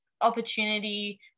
opportunity